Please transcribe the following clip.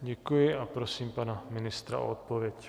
Děkuji a prosím pana ministra o odpověď.